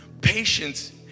patience